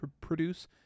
produce